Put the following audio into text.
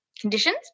conditions